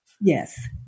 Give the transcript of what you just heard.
Yes